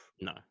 No